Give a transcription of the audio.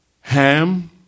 Ham